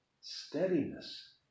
steadiness